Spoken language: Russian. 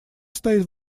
стоит